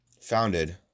founded